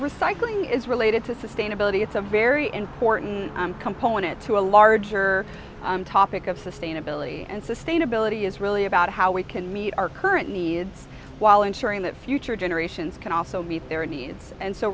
recycling is related to sustainability it's a very important component to a larger topic of sustainability and sustainability is really about how we can meet our current needs while ensuring that future generations can also meet their needs and